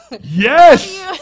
Yes